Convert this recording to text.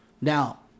now